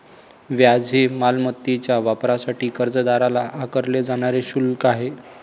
व्याज हे मालमत्तेच्या वापरासाठी कर्जदाराला आकारले जाणारे शुल्क आहे